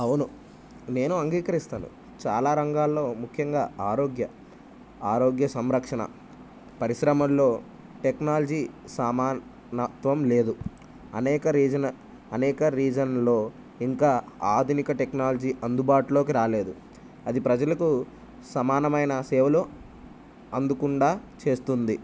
అవును నేను అంగీకరిస్తాను చాలా రంగాల్లో ముఖ్యంగా ఆరోగ్య ఆరోగ్య సంరక్షణ పరిశ్రమల్లో టెక్నాలజీ సమానత్వం లేదు అనేక రీజన్ అనేక రీజన్ల్లో ఇంకా ఆధునిక టెక్నాలజీ అందుబాటులోకి రాలేదు అది ప్రజలకు సమానమైన సేవలు అందకుండా చేస్తుంది